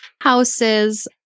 houses